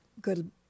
good